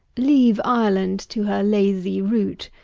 leave ireland to her lazy root,